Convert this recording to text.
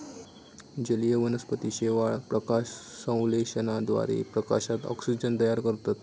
जलीय वनस्पती शेवाळ, प्रकाशसंश्लेषणाद्वारे प्रकाशात ऑक्सिजन तयार करतत